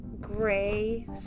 gray